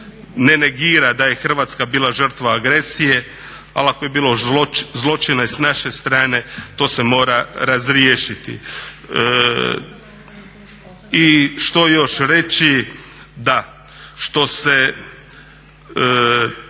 ne negira da je Hrvatska bila žrtva agresije ali ako je bilo zločina i s naše strane to se mora razriješiti. I što još reći? Da, doista